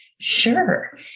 sure